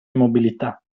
immobilità